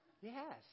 Yes